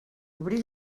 obri